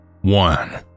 One